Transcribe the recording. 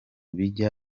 bijya